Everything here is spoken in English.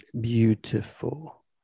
beautiful